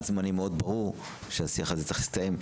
זמנים מאוד ברור שהשיח הזה צריך להסתיים.